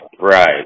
right